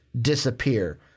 disappear